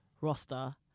roster